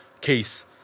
case